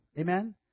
Amen